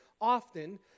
often